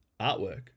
Artwork